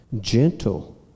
gentle